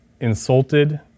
insulted